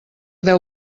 deu